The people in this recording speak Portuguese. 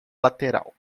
lateral